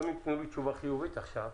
גם אם יתנו לי תשובה חיובית עכשיו,